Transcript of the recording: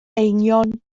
eingion